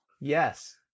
Yes